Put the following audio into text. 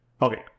Okay